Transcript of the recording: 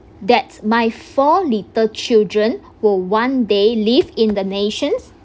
that my four little children will one day live in the nations